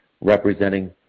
representing